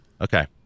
okay